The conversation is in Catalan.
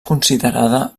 considerada